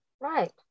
Right